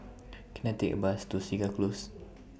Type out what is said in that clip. Can I Take A Bus to Segar Close